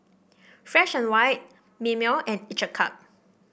Fresh And White Mimeo and each a cup